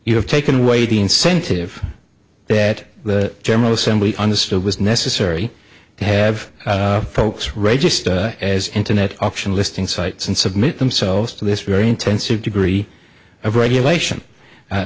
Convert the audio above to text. you have taken away the incentive that the general assembly understood was necessary to have folks register as internet auction listing sites and submit themselves to this very intensive degree of regulation